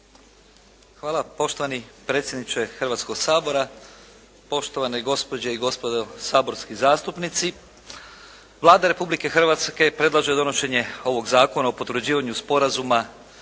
Hvala poštovani predsjedniče Hrvatskog sabora. Poštovane gospođe i gospodo saborski zastupnici. Vlada Republike Hrvatske predlaže donošenje ovog Zakona o potvrđivanju sporazuma između